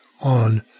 on